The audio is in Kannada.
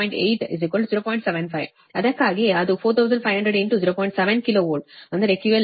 7 ಕಿಲೋ ವೋಲ್ಟ್ ಅಂದರೆ QL 3375 ಕಿಲೋ ವೋಲ್ಟ್